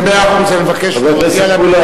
מרוב עצים לא רואים את היער.